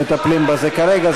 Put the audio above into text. מטפלים בזה כרגע.